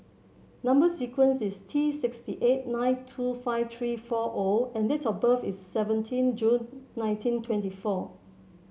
number sequence is T six eight nine two five three four O and date of birth is seventeen June nineteen twenty four